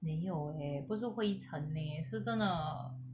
没有 eh 不是灰尘 eh 是真的